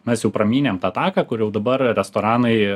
mes jau pramynėm tą taką kur jau dabar restoranai